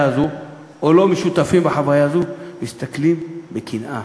הזאת או לא משותפים בחוויה הזאת מסתכלים בקנאה,